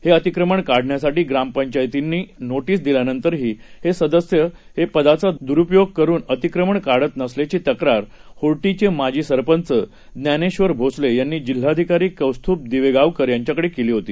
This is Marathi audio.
हेअतिक्रमणकाढण्यासाठीग्रामपंचायतीनंनोटीसदिल्यानंतरहीहेसदस्यहेपदाचाद्रुपयोगकरुनअतिक्रमणकाढतनसल्याचीतक्रारहोर्टीचेमाजी सरपंचज्ञानेश्वरभोसलेयांनीजिल्हाधिकारीकौस्तुभदिवेगावकरयांच्याकडेकेलीहोती